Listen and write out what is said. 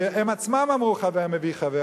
הם עצמם אמרו "חבר מביא חבר".